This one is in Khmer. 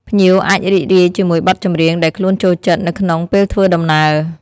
ភ្ញៀវអាចរីករាយជាមួយបទចម្រៀងដែលខ្លួនចូលចិត្តនៅក្នុងពេលធ្វើដំណើរ។